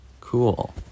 Cool